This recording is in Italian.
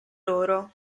loro